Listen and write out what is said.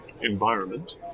environment